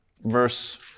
verse